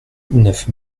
neuf